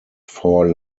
four